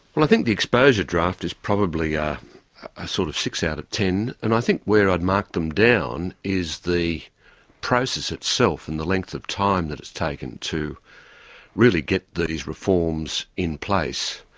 well i think the exposure draft is probably yeah a sort of six out of ten, and i think where i'd mark them down is the process itself and the length of time that it's taken to really get these reforms in place.